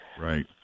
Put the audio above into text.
Right